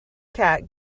cat